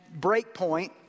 Breakpoint